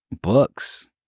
books